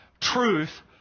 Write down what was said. truth